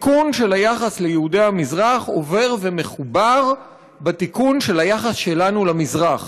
התיקון של היחס ליהודי המזרח עובר ומחובר בתיקון של היחס שלנו למזרח.